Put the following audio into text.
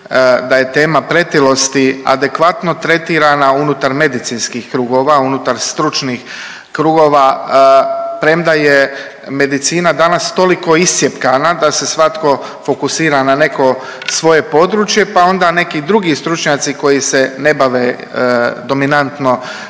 da je tema pretilosti adekvatno tretirana unutar medicinskih krugova, unutar stručnih krugova premda je medicina danas toliko iscjepkana da se svatko fokusira na neko svoje područje, pa onda neki drugi stručnjaci koji se ne bave dominantno